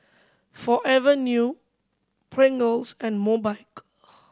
Forever New Pringles and Mobike